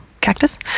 cactus